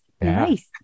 nice